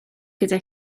gyda